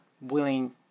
willing